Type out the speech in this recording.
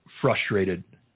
frustrated